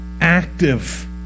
active